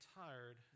tired